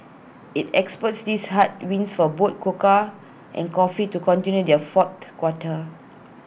IT expects these headwinds for both cocoa and coffee to continue their fourth quarter